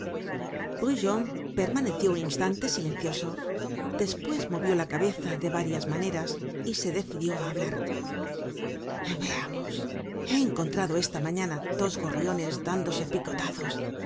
brujon brujon permaneció un instante silencioso despues movió la cabeza de varias maneras y se decidió á hablar veamos he encontrado esta mañana dos gorriones dándose picotazos